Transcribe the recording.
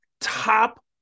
top